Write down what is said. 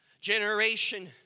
generation